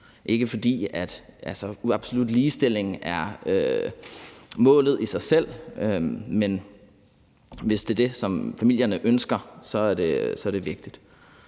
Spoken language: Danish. ikke, fordi absolut ligestilling er målet i sig selv, men hvis det er det, som familien ønsker, er det vigtigt.